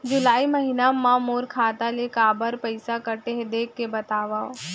जुलाई महीना मा मोर खाता ले काबर पइसा कटे हे, देख के बतावव?